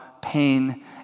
pain